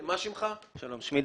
אני לא